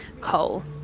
coal